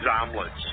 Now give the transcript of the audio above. omelets